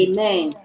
Amen